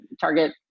target